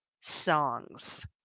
songs